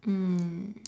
mm